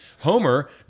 Homer